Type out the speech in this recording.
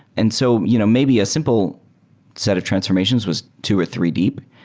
and so you know maybe a simple set of transformations was two or three deep.